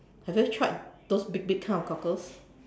have you tried those big big kind of cockles